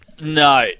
No